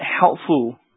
helpful